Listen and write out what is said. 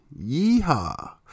Yeehaw